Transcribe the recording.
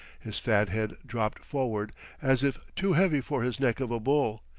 his fat head dropped forward as if too heavy for his neck of a bull,